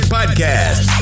Podcast